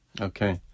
Okay